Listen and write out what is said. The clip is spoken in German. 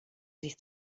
sich